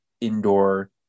indoor